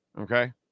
okay